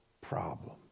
problem